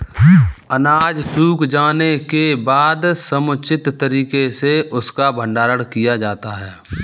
अनाज सूख जाने के बाद समुचित तरीके से उसका भंडारण किया जाता है